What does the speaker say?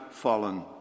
fallen